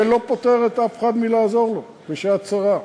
זה לא פוטר אף אחד מלעזור לו בשעת צרה,